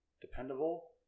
dependable